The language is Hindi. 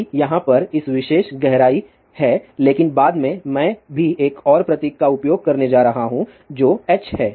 d यहाँ पर इस विशेष गहराई है लेकिन बाद में मैं भी एक और प्रतीक का उपयोग करने जा रहा हूँ जो h है